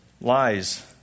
Lies